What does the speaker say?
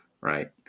right